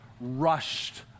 rushed